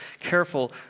careful